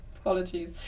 Apologies